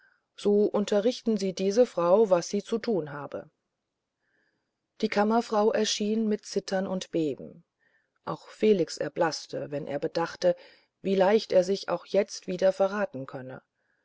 so unterrichten sie diese frau was sie zu tun habe die kammerfrau erschien mit zittern und beben auch felix erblaßt wenn er bedachte wie leicht er sich auch jetzt wieder verraten könnte